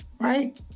right